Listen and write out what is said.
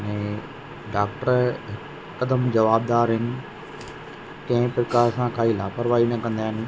माने डॉक्टर हिकदमि जवाबदार आहिनि कंहिं प्रकार सां काई लापरवाही न कंदा आहिनि